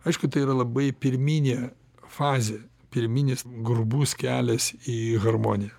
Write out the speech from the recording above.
aišku tai yra labai pirminė fazė pirminis grubus kelias į harmoniją